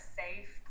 safe